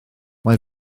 mae